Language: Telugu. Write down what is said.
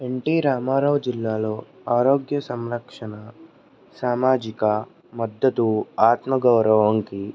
ఎన్టీ రామారావు జిల్లాలో ఆరోగ్య సంరక్షణ సామాజిక మద్దతు ఆత్మగౌరవంకి